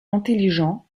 intelligents